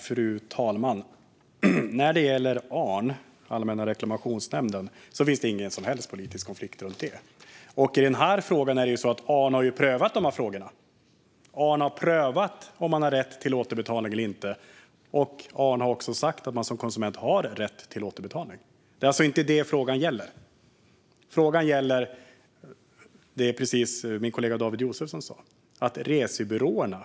Fru talman! Det finns ingen som helst politisk konflikt om Allmänna reklamationsnämnden, ARN. ARN har prövat dessa frågor, om man har rätt till återbetalning eller inte, och ARN har också sagt att man som konsument har rätt till återbetalning. Det är alltså inte detta som frågan gäller. Frågan gäller precis det som min kollega David Josefsson sa, nämligen resebyråerna.